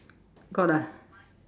got ah